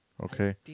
Okay